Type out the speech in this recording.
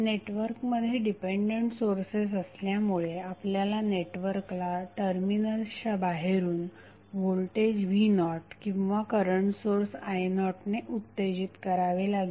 नेटवर्कमध्ये dependent sources असल्यामुळे आपल्याला नेटवर्कला टर्मिनल्सच्या बाहेरून व्होल्टेज v0किंवा करंट सोर्स i0ने उत्तेजित करावे लागेल